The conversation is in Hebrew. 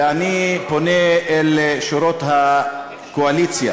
ואני פונה אל שורות הקואליציה,